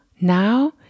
now